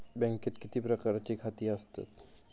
बँकेत किती प्रकारची खाती आसतात?